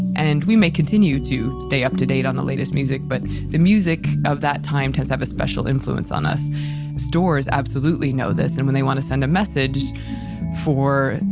and we may continue to stay up to date on the latest music, but the music of that time does have a special influence on us stores absolutely know this, and when they want to send a message for,